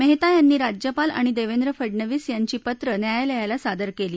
मेहता यांनी राज्यपाल आणि देवेंद्र फडनवीस यांची पत्रं न्यायालयाला सादर केली